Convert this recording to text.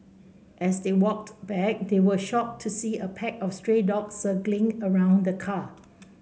as they walked back they were shocked to see a pack of stray dogs circling around the car